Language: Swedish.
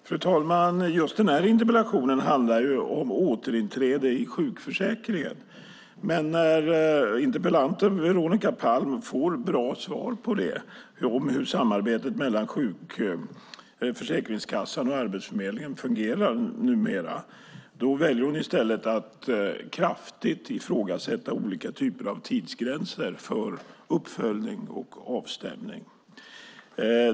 Fru talman! Just den här interpellationen handlar om återinträde i sjukförsäkringen. Men när interpellanten Veronica Palm får ett bra svar på hur samarbetet mellan Försäkringskassan och Arbetsförmedlingen fungerar numera väljer hon i stället att kraftigt ifrågasätta olika typer av tidsgränser för uppföljning och avstämning.